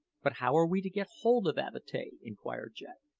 but how are we to get hold of avatea? inquired jack.